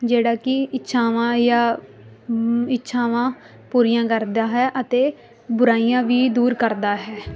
ਜਿਹੜਾ ਕਿ ਇੱਛਾਵਾਂ ਜਾਂ ਇੱਛਾਵਾਂ ਪੂਰੀਆਂ ਕਰਦਾ ਹੈ ਅਤੇ ਬੁਰਾਈਆਂ ਵੀ ਦੂਰ ਕਰਦਾ ਹੈ